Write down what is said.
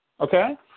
okay